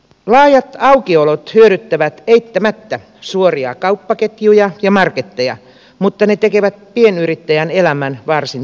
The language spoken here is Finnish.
laajat aukiolot hyödyttävät eittämättä suoria kauppaketjuja ja marketteja mutta ne tekevät pienyrittäjän elämän varsin tukalaksi